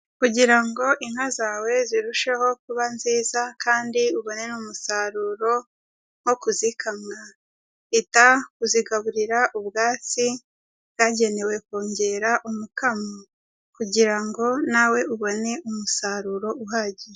Kugira ngo inka zawe zirusheho kuba nziza kandi ubone n'umusaruro nwo kuzikamwa, ita kuzigaburira ubwatsi bwagenewe kongera umukamo kugira ngo nawe ubone umusaruro uhagije.